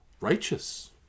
righteous